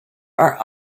are